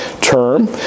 term